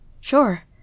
Sure